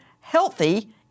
healthy